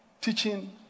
teaching